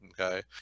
okay